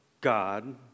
God